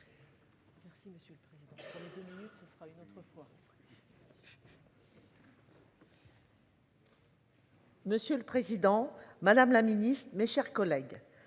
Monsieur le Président Madame la Ministre, mes chers collègues